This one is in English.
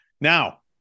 now